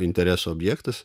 interesų objektas